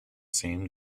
same